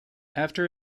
after